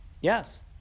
Yes